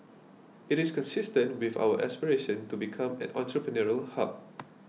it is consistent with our aspiration to become an entrepreneurial hub